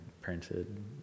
printed